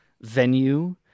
venue